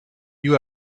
you